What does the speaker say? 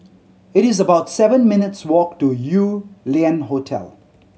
it is about seven minutes' walk to Yew Lian Hotel